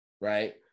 right